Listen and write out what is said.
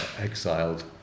exiled